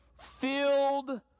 filled